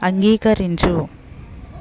అంగీకరించు